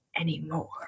anymore